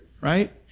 right